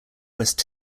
west